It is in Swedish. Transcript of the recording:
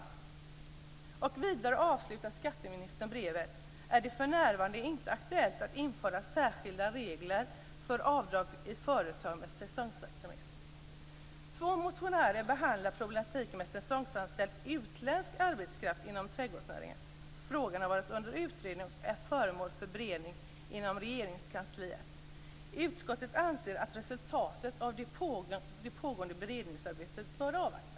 Skatteministern avslutar brevet med att säga att det för närvarande inte är aktuellt att införa särskilda regler för avgiftsavdrag i företag med säsongsverksamhet. Två motionärer behandlar problematiken med säsongsanställd utländsk arbetskraft inom trädgårdsnäringen. Frågan har varit under utredning och är föremål för beredning inom Regeringskansliet. Utskottet anser att resultatet av det pågående beredningsarbetet bör avvaktas.